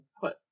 put